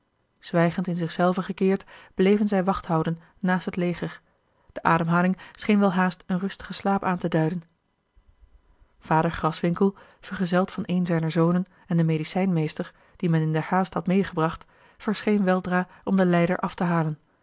zwijgend in zich zelven gekeerd bleven zij wacht houden naast het leger de ademhaling scheen welhaast een rustigen slaap aan te duiden vader graswinckel vergezeld van een zijner zonen en den medicijnmeester dien men in der haast had meêgebracht verscheen weldra om den lijder af te halen